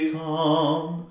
come